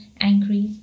angry